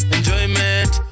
Enjoyment